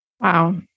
Wow